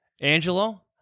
Angelo